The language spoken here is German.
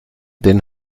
den